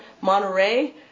Monterey